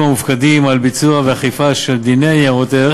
המופקדים על ביצוע ואכיפה של דיני ניירות ערך